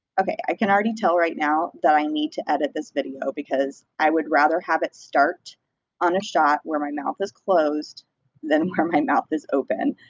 okay, can already tell right now that i need to edit this video, because i would rather have it start on a shot where my mouth is closed than where my mouth is open.